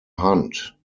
hunt